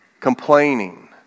complaining